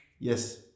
yes